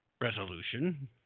resolution